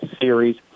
series